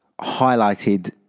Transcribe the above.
highlighted